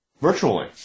Virtually